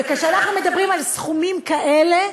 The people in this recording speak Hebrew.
וכשאנחנו מדברים על סכומים כאלה,